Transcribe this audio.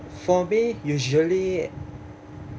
for me usually